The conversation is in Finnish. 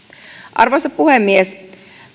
arvoisa puhemies